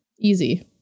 Easy